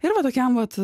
ir va tokiam vat